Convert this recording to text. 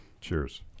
Cheers